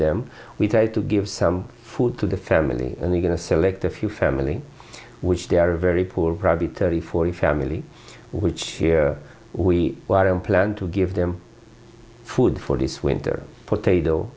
them we try to give some food to the family and they're going to select a few family which they are very poor probably thirty forty family which we plan to give them food for this winter potato